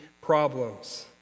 problems